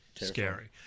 scary